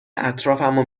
اطرافمو